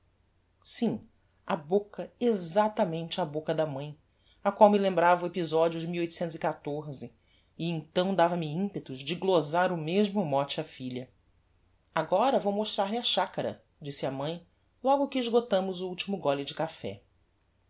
sim a boca exactamente a boca da mãe a qual me lembrava o episodio de e então dava-me impetos de glosar o mesmo mote á filha agora vou mostrar-lhe a chacara disse a mãe logo que exgotámos o ultimo gole de café